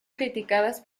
criticadas